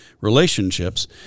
relationships